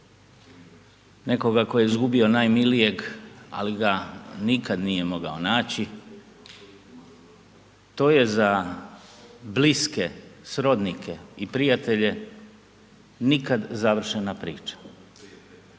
nekoga tko je izgubio najmilijeg, ali ga nikad nije mogao naći, to je za bliske srodnike i prijatelje nikad završena priča.